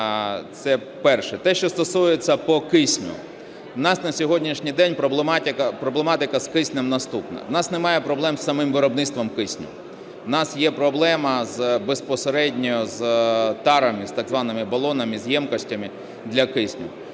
Це перше. Те, що стосується по кисню. У нас на сьогоднішній день проблематика з киснем наступна. У нас немає проблем з самим виробництвом кисню. У нас є проблема безпосередньо з тарами, з так званими балонами, з ємкостями для кисню.